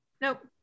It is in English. nope